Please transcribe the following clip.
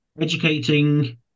educating